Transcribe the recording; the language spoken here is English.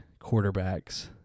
quarterbacks